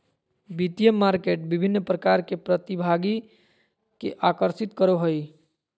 वित्तीय मार्केट विभिन्न प्रकार के प्रतिभागि के आकर्षित करो हइ